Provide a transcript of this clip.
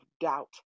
doubt